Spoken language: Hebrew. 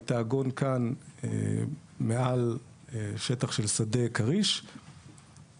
היא תעגון כאן מעל שטח של שדה כריש ואחרי